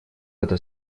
эта